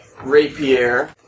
rapier